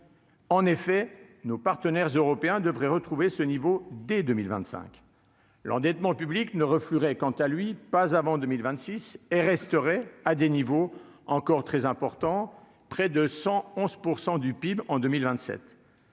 En effet, nos partenaires européens devraient retrouver ce niveau dès 2025, l'endettement public ne referai quant à lui, pas avant 2000 26 et resterait à des niveaux encore très important, près de 111 % du PIB en 2027,